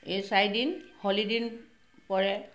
এই চাৰিদিন হলিডে' পৰে